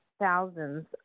thousands